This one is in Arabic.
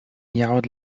يعد